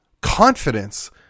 confidence